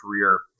career